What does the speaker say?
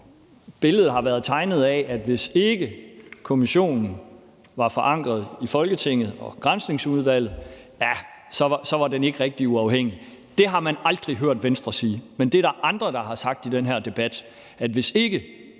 hvor der har været tegnet et billede af, at hvis ikke kommissionen var forankret i Folketinget og Granskningsudvalget, var den ikke rigtig uafhængig. Det har man aldrig hørt Venstre sige, men det er der andre, der har sagt i den her debat: Hvis ikke kommissionen var forankret i Granskningsudvalget, var den ikke rigtig uafhængig.